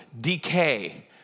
decay